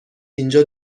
اینجا